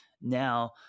now